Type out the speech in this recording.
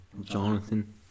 Jonathan